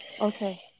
okay